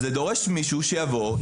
זה דורש מישהו שיבוא,